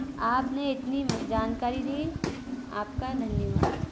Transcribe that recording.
आपने इतनी जानकारी दी आपका धन्यवाद